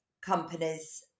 companies